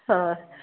ಹಾಂ